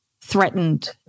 threatened